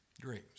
Dreams